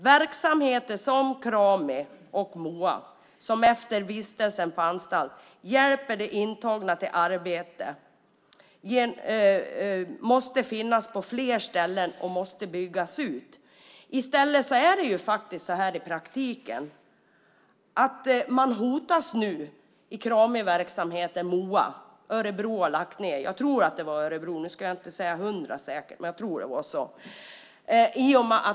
Verksamheter som Krami och Moa, som hjälper de intagna till arbete efter vistelsen på anstalt, måste finnas på fler ställen och måste byggas ut. I stället hotas i praktiken verksamheten med Krami och Moa. I Örebro - har jag för mig att det var - har man lagt ned.